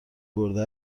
برده